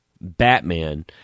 Batman